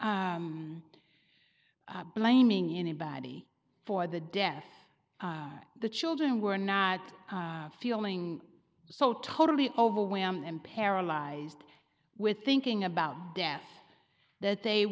blaming anybody for the death i the children were not feeling so totally overwhelmed and paralyzed with thinking about death that they